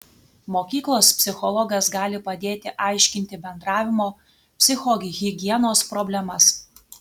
mokyklos psichologas gali padėti aiškinti bendravimo psichohigienos problemas